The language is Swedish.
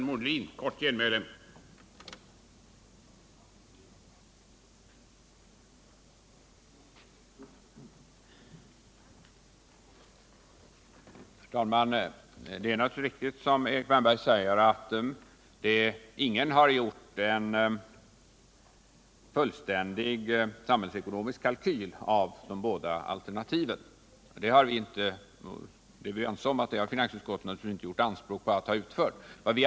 Herr talman! Dei är naturligtvis riktigt som Erik Wärnberg säger alt ingen har gjort någon fullständig samhällsekonomisk kalkyl över båda alternativen — vi är ense om att finansutskottet inte gör anspråk på att ha utfört någon sådan.